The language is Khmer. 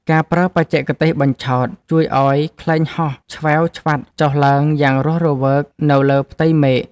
ការប្រើបច្ចេកទេស បញ្ឆោត ជួយឱ្យខ្លែងហោះឆ្វែវឆ្វាត់ចុះឡើងយ៉ាងរស់រវើកនៅលើផ្ទៃមេឃ។